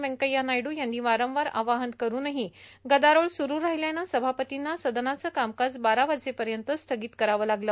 व्यंकय्या नायडू यांनी वारंवार आवाहन करूनही गदारोळ सुरू राहिल्यानं सभापतींना सदनाचं कामकाज बारा वाजेपर्यंत स्थगित करावं लागलं